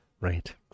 right